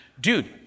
dude